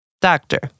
Doctor